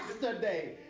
yesterday